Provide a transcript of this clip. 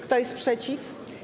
Kto jest przeciw?